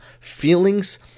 feelings